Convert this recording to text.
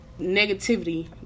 negativity